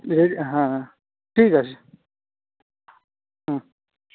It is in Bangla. এই হ্যাঁ ঠিক আছে হুম